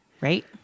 Right